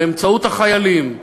באמצעות החיילים והמפקדים,